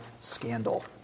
scandal